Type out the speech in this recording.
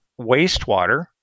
wastewater